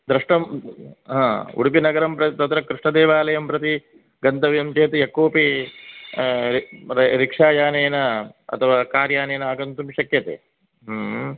दृष्टं उडुपिनगरं तत्र श्रीकृष्ण देवालयं प्रति गन्तव्यं चेत् यः कोपि रिक्षा यानेन अथवा कार् यानेन अगन्तुं शक्यते